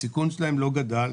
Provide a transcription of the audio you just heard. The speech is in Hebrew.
הסיכון שלהם לא גדל,